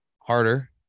Harder